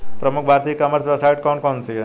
प्रमुख भारतीय e commerce website कौन कौन सी हैं?